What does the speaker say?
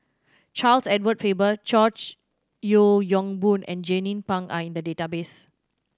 Charles Edward Faber George Yeo Yong Boon and Jernnine Pang are in the database